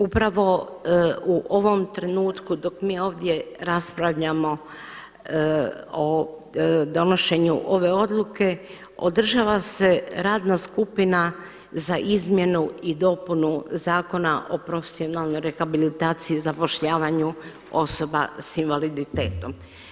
Upravo u ovom trenutku dok mi ovdje raspravljamo o donošenju ove odluke održava se radna skupina za izmjenu i dopunu Zakona o profesionalnoj rehabilitaciji, zapošljavanju osoba sa invaliditetom.